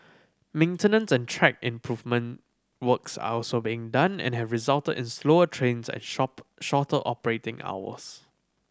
maintenance and track improvement works are also being done and have resulted in slower trains and shop shorter operating hours